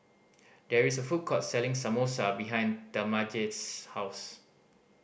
there is a food court selling Samosa behind Talmadge's house